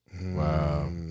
Wow